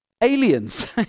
aliens